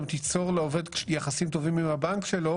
היא גם תיצור לעובד יחסים טובים עם הבנק שלו,